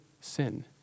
sin